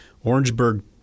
Orangeburg